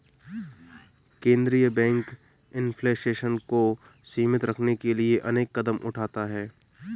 केंद्रीय bank inflation को सीमित रखने के लिए अनेक कदम उठाता है